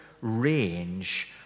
range